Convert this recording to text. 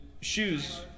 shoes